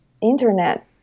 internet